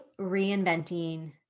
reinventing